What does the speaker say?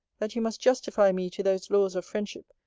that you must justify me to those laws of friendship,